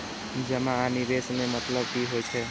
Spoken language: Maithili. जमा आ निवेश में मतलब कि होई छै?